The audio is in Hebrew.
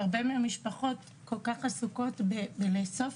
שהרבה מהמשפחות כל כך עסוקות בלאסוף